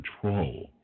control